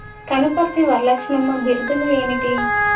కనుపర్తి వరలక్ష్మమ్మ బిరుదులు ఏమిటి